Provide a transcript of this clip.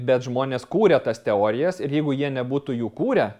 bet žmonės kūrė tas teorijas ir jeigu jie nebūtų jų kūrę